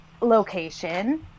location